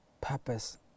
purpose